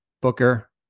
Booker